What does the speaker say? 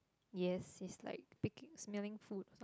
yes it's like picking smelling food